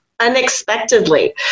unexpectedly